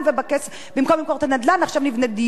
במקום למכור את הנדל"ן עכשיו נבנה דיור.